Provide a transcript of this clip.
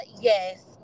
yes